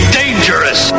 dangerous